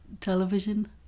television